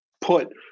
put